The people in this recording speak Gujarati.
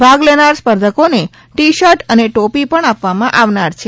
ભાગ લેનાર સ્પર્ધોકોને ટી શર્ટ અને ટોપી પણ આપવામાં આવનાર છે